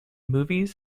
movies